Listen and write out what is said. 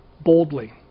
boldly